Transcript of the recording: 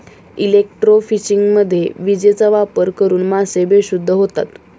इलेक्ट्रोफिशिंगमध्ये विजेचा वापर करून मासे बेशुद्ध होतात